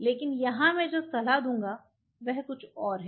लेकिन यहाँ मैं जो सलाह दूंगा वह कुछ और है